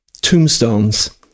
tombstones